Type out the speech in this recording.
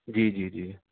جی جی جی